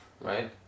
right